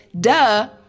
Duh